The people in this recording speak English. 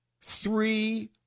Three